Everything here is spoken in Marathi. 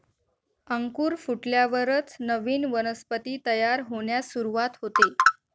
अंकुर फुटल्यावरच नवीन वनस्पती तयार होण्यास सुरूवात होते